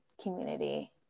community